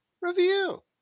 review